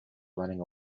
running